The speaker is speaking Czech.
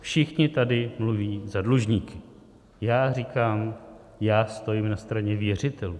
Všichni tady mluví za dlužníky, já říkám, že stojím na straně věřitelů.